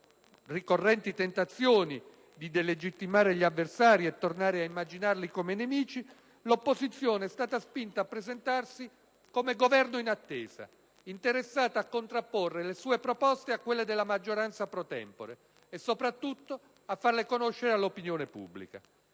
ricorrenti tentazioni di delegittimare gli avversari e tornare a immaginarli come nemici, l'opposizione è stata spinta a presentarsi come Governo in attesa, interessata a contrapporre le sue proposte a quelle della maggioranza *pro tempore* e soprattutto a farle conoscere all'opinione pubblica.